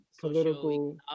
political